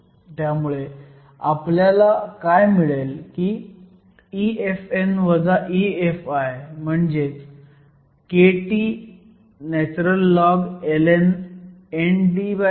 त्यामुळे आपल्याला काय मिळेल की EFn EFi म्हणजेच kT ln NDni आहे